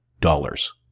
dollars